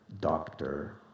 doctor